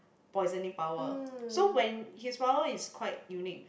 poisoning power so when his power is quite unique